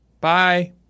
Bye